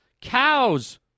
Cows